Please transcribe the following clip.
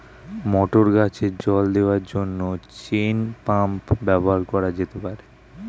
মটর গাছে জল দেওয়ার জন্য চেইন পাম্প ব্যবহার করা যেতে পার?